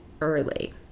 early